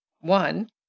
One